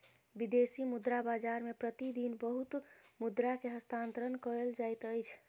विदेशी मुद्रा बाजार मे प्रति दिन बहुत मुद्रा के हस्तांतरण कयल जाइत अछि